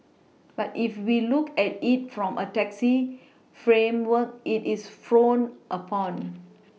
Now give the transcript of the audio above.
but if we look at it from a taxi framework it is frowned upon